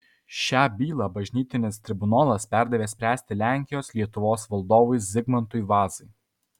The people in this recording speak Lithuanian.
šią bylą bažnytinis tribunolas perdavė spręsti lenkijos lietuvos valdovui zigmantui vazai